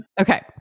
Okay